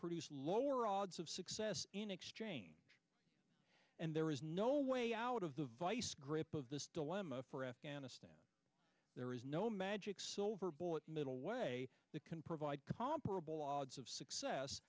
produce lower odds of success in exchange and there is no way out of the vice grip of this dilemma for afghanistan there is no magic silver bullet middle way that can provide comparable odds of success